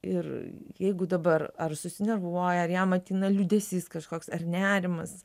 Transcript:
ir jeigu dabar ar susinervuoja ar jam ateina liūdesys kažkoks ar nerimas